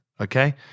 okay